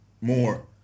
more